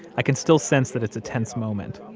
i can still sense that it's a tense moment.